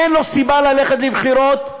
אין לו סיבה ללכת לבחירות,